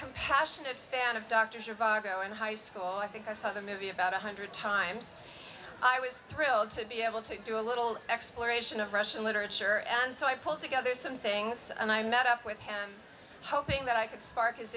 compassionate fan of dr survive go in high school i think i saw the movie about one hundred times i was thrilled to be able to do a little exploration of russian literature and so i pulled together some things and i met up with him hoping that i could spark his